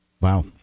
Wow